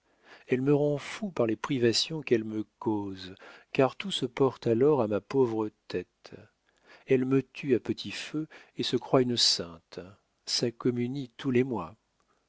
elle me rend fou par les privations qu'elle me cause car tout se porte alors à ma pauvre tête elle me tue à petit feu et se croit une sainte ça communie tous les mois